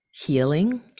healing